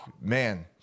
man